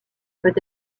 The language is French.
peut